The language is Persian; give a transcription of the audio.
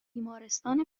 بیمارستان